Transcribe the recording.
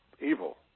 Evil